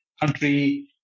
country